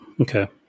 Okay